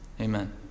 Amen